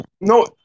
No